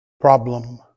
problem